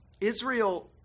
Israel